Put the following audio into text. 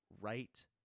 right